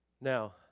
Now